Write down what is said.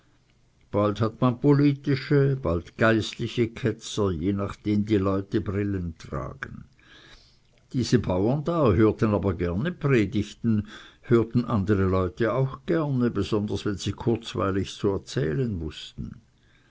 bald hat man politische bald geistliche ketzer je nachdem die leute brillen tragen diese bauern da hörten aber gerne predigten hörten andere leute auch gerne besonders wenn sie kurzweilig zu erzählen wußten